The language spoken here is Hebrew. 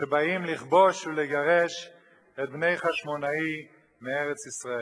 שבאים לכבוש ולגרש את בני חשמונאי מארץ-ישראל.